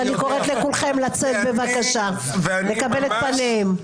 אני קוראת לכולכם לצאת בבקשה לקבל את פניהם.